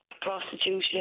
prostitution